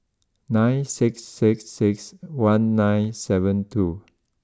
nine six six six one nine seven two